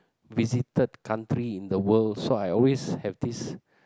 visited country in the world so I always have this